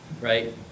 right